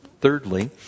Thirdly